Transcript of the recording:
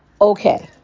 Okay